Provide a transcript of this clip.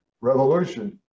Revolution